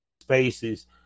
Spaces